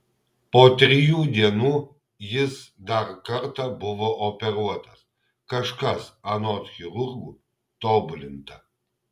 po trijų dienų jis dar kartą buvo operuotas kažkas anot chirurgų tobulinta